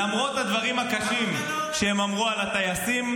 -- למרות הדברים הקשים שהם אמרו על הטייסים,